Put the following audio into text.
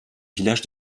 villages